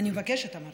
אני מבקשת, אמרתי.